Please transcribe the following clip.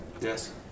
Yes